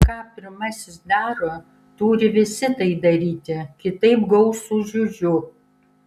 ką pirmasis daro turi visi tai daryti kitaip gaus su žiužiu